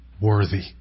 worthy